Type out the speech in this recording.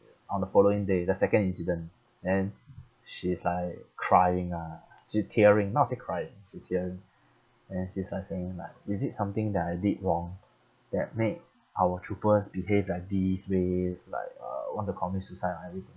on the following day the second incident and then she's like crying ah she tearing not say crying she tearing and she's like saying like is it something that I did wrong that made our troopers behave like these ways like uh want to commit suicide and everything